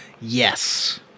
Yes